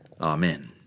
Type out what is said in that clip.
amen